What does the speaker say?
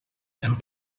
and